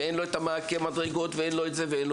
אין מעקה למדרגות וכו'.